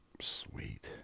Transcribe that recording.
Sweet